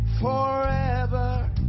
forever